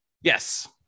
Yes